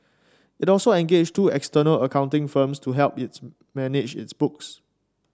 it also engaged two external accounting firms to help its manage its books